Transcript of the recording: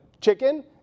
chicken